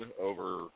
over